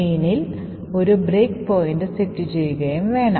mainൽ ഒരു break point set ചെയ്യുകയും യും വേണം